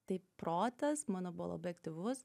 tai protas mano buvo labai aktyvus